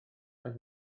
oedd